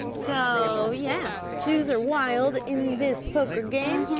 so yeah, twos are wild in this poker game.